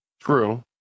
true